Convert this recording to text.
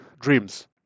dreams